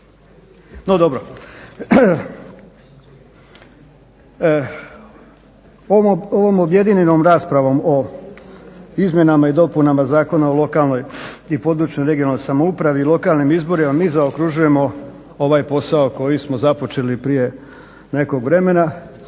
no dobro. Ovom objedinjenom raspravom o izmjenama i dopunama Zakona o lokalnoj i područnoj (regionalnoj) samoupravi i lokalnim izborima mi zaokružujemo ovaj posao koji smo započeli prije nekog vremena.